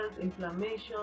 inflammation